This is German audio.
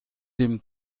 dem